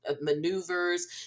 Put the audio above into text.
maneuvers